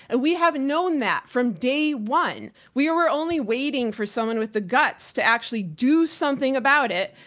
and we have known that from day one, we were only waiting for someone with the guts to actually do something about it.